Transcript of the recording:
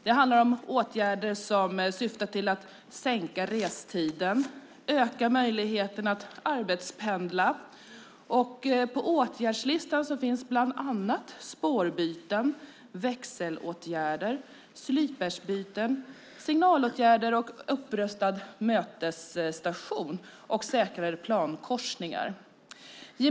Det handlar om åtgärder som syftar till att sänka restiden och öka möjligheten att arbetspendla. På åtgärdslistan finns bland annat spårbyten, växelåtgärder, sliperbyten, signalåtgärder, upprustad mötesstation och säkrare plankorsningar.